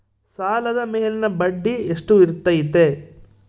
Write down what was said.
ಸಾಲದ ಮೇಲಿನ ಬಡ್ಡಿ ಎಷ್ಟು ಇರ್ತೈತೆ?